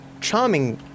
charming